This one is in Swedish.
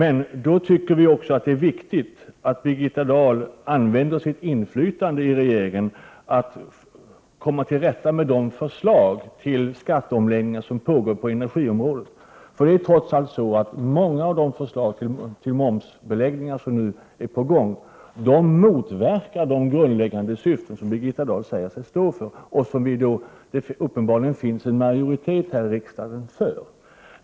Vi i miljöpartiet tycker att det är viktigt att Birgitta Dahl använder sitt inflytande i regeringen till att komma till rätta med de förslag till skatteomläggningar som pågår på energiområdet. Det är trots allt så att många av de förslag till momsbeläggningar som nu läggs fram motverkar de grundläggande syften som Birgitta Dahl säger sig stå för och för vilka det uppenbarligen finns en majoritet här i riksdagen.